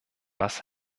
was